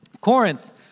Corinth